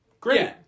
Great